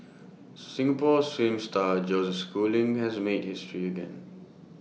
Singapore swim star Joseph schooling has made history again